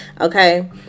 Okay